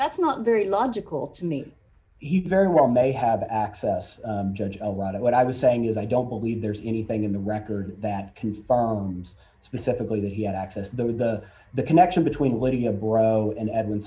that's not very logical to me very well may have access judge a lot of what i was saying is i don't believe there's anything in the record that confirms specifically that he had access to the connection between what do you have bro and edw